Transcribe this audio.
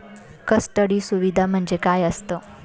Custody सुविधा म्हणजे काय असतं?